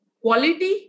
quality